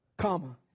Comma